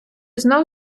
знов